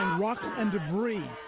rocks and debris.